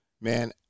man